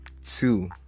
Two